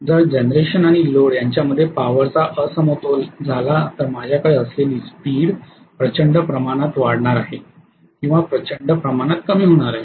जर जनरेशन आणि लोड यांच्यामध्ये पॉवर चा असमतोल झाला तर माझ्याकडे असलेली स्पीड प्रचंड प्रमाणात वाढणार आहे किंवा प्रचंड प्रमाणात कमी होणार आहे